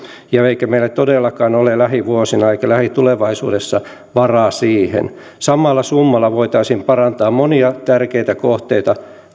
eikä meillä todellakaan ole lähivuosina eikä lähitulevaisuudessa varaa siihen samalla summalla voitaisiin parantaa monia tärkeitä kohteita